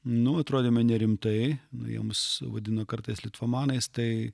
nu atrodėme nerimtai nu jie mus vadino kartais litvomanais tai